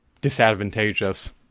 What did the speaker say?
Disadvantageous